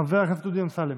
חברת הכנסת לוי אבקסיס,